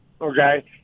Okay